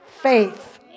faith